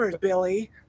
Billy